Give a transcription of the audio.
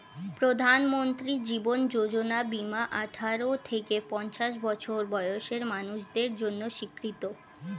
প্রধানমন্ত্রী জীবন যোজনা বীমা আঠারো থেকে পঞ্চাশ বছর বয়সের মানুষদের জন্য স্বীকৃত